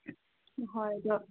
ꯍꯣꯏ ꯑꯗꯣ